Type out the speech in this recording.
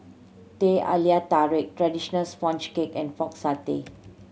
Teh Halia Tarik traditional sponge cake and Pork Satay